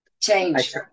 Change